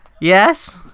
Yes